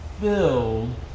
filled